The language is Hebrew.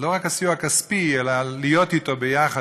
לא רק הסיוע הכספי אלא להיות אתו ביחד,